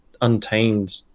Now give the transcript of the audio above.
untamed